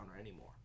anymore